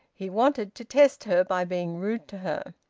he wanted to test her by being rude to her.